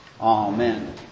Amen